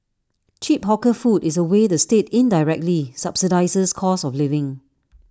cheap hawker food is A way the state indirectly subsidises cost of living